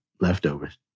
leftovers